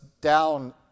down